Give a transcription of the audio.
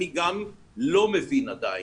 אני גם לא מבין עדיין,